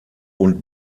und